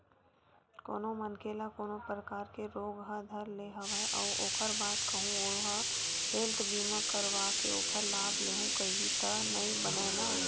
कोनो मनखे ल कोनो परकार के रोग ह धर ले हवय अउ ओखर बाद कहूँ ओहा हेल्थ बीमा करवाके ओखर लाभ लेहूँ कइही त नइ बनय न